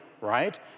right